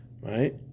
Right